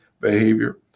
behavior